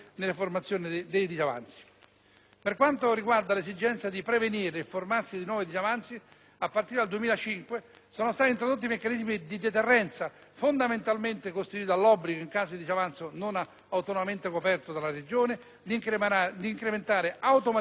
Per quanto concerne l'esigenza di prevenire il formarsi di nuovi disavanzi, a partire dal 2005 sono stati introdotti meccanismi di deterrenza, fondamentalmente costituiti dall'obbligo, in caso di disavanzo non autonomamente coperto dalla Regione, di incrementare automaticamente, nella Regione interessata,